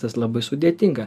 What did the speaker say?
tas labai sudėtinga